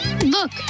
Look